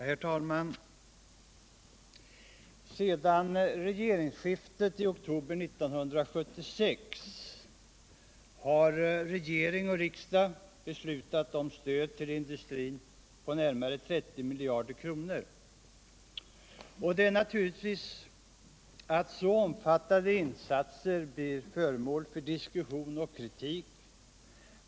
Herr talman! Sedan regeringsskiftet i oktober 1976 har regering och riksdag beslutat om stöd till industrin på närmare 30 miljarder. Det är naturligt att så omfattande insatser blir föremål för diskussion och kritik.